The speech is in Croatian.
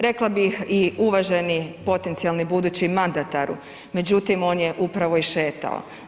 Rekla bih i uvaženi potencijalni budući mandataru, međutim, on je upravo išetao.